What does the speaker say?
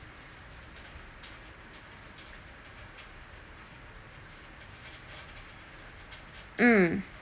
mm